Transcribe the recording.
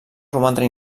romandre